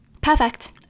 Perfect